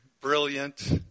brilliant